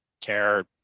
care